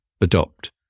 adopt